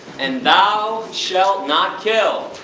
and thou shalt not kill!